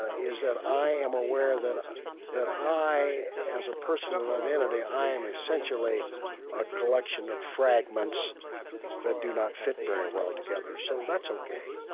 ah is that i am aware that ah that i, as a person without entity, am essentially a collection of fragments that do not fit very well together. so that's ok